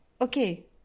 Okay